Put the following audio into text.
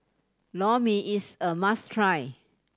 Lor Mee is a must try